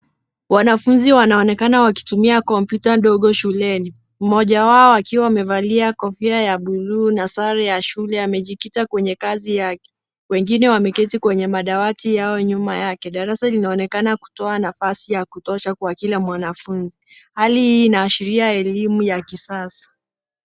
Wanafunzi wanaonekana wakitumia kompyuta ndogo shuleni. Mmoja wao akiwa amevalia kofia ya buluu na sare ya shule amejikita kwenye kazi yake. Wengine wameketi kwenye madawati yao nyuma yake. Darasa linaonekana kutoa nafasi ya kutosha kwa kila mwanafunzi. Hali hii inaashria elimu ya kisasa.